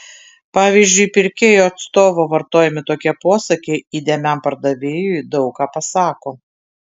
pavyzdžiui pirkėjo atstovo vartojami tokie posakiai įdėmiam pardavėjui daug ką pasako